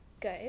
Good